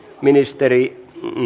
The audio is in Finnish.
ministeri